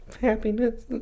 Happiness